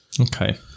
Okay